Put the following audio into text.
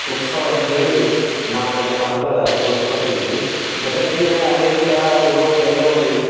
ಉತ್ಸವ ಅಂತ ಹೇಳಿ ನಾವೇನಪ್ಪಾ ಅಂದ್ರೆ ತೋರ್ಸ್ಕೊಟ್ಟಿದೀವಿ ಜಗತ್ತಿನ ಅಮೇರಿಕಾ ಯುರೋಪ್ ಎಲ್ಲೇ ಹೊರ್ರಿ